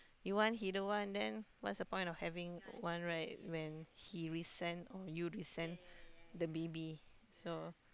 you want he don't want then what's the point of having one right when he resent or you resent the baby so